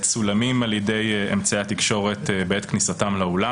דיברו איתי אנשי תקשורת על הצעת החוק הזאת,